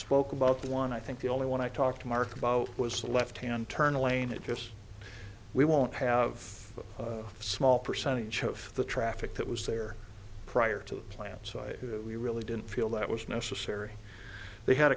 spoke about the one i think the only one i talked to mark about was a left hand turn lane it just we won't have a small percentage of the traffic that was there prior to the plant site who we really didn't feel that was necessary they had